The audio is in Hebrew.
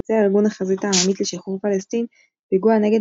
ביצע ארגון החזית העממית לשחרור פלסטין פיגוע נגד